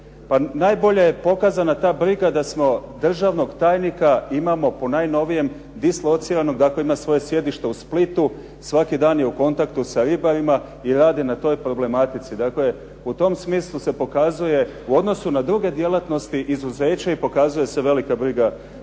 Pa najbolje je pokazana ta briga da smo državnog tajnika imamo po najnovijem dislociranim dakle ima svoje sjedište u Splitu, svaki dan je u kontaktu sa ribarima i radi na toj problematici. Dakle, u tom smislu se pokazuje u odnosu na druge djelatnosti izuzeće i pokazuje se velika briga za